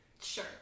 Sure